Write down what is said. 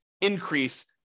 increase